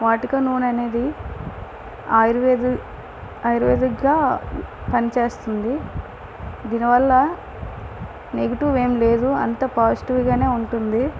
వాటిక నూనె అనేది ఆయుర్వేదిక్ ఆయుర్వేదిక్గా పని చేస్తుంది దీనివల్ల నెగటివ్ ఏమి లేదు అంత పాజిటివ్ గా ఉంటుంది